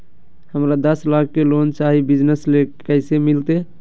हमरा दस लाख के लोन चाही बिजनस ले, कैसे मिलते?